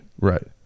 Right